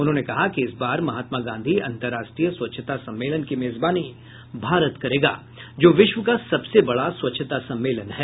उन्होंने कहा कि इस बार महात्मा गांधी अंतर्राष्ट्रीय स्वच्छता सम्मेलन की मेजबानी भारत करेगा जो विश्व का सबसे बड़ा स्वच्छता सम्मेलन है